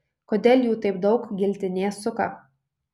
kodėl jų taip daug giltinė suka